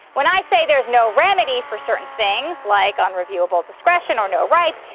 when i say there's no remedy for certain things like unreviewable discretion or no rights,